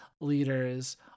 leaders